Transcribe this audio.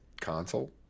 console